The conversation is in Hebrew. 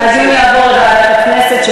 הדיון יעבור לוועדת הכנסת,